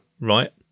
right